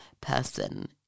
person